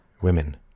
women